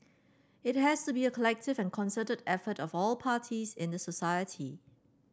it has to be a collective and concerted effort of all parties in the society